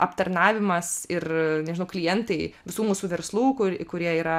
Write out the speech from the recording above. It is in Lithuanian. aptarnavimas ir nežinau klientai visų mūsų verslų kur kurie yra